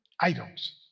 items